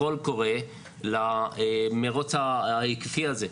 "קול קורא" למירוץ ההיקפי הזה.